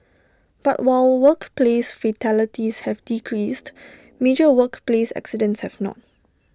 but while workplace fatalities have decreased major workplace accidents have not